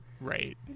Right